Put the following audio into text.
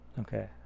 Okay